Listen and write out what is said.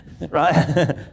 Right